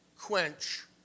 quench